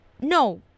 no